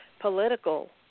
political